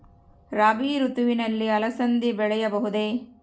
ರಾಭಿ ಋತುವಿನಲ್ಲಿ ಅಲಸಂದಿ ಬೆಳೆಯಬಹುದೆ?